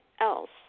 else